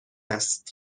است